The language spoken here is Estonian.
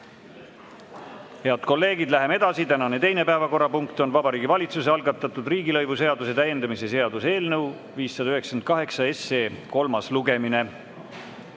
Head kolleegid, läheme edasi. Tänane teine päevakorrapunkt on Vabariigi Valitsuse algatatud riigilõivuseaduse täiendamise seaduse eelnõu 598 kolmas lugemine.